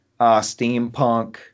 steampunk